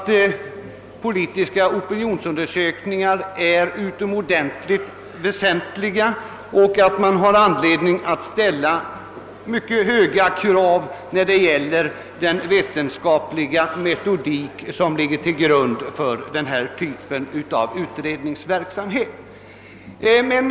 Politiska opinionsundersökningar är utomordentligt väsentliga och man har anledning att ställa mycket höga krav när det gäller den vetenskapliga metodik som ligger till grund för denna typ av utredningsverksamhet.